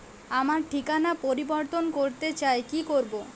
আমার ঠিকানা পরিবর্তন করতে চাই কী করব?